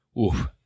oof